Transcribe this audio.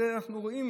אנחנו רואים